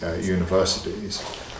universities